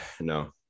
no